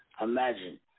Imagine